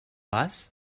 vas